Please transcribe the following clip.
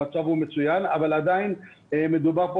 המצב הוא מצוין אבל עדיין מדובר פה